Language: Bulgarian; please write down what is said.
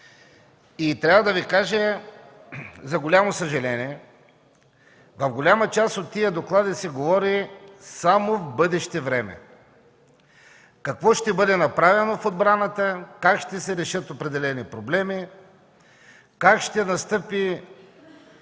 трябва да Ви кажа, че в голяма част от докладите се говори само в бъдеще време – какво ще бъде направено в отбраната, как ще се решат определени проблеми, как ще настъпи